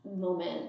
moment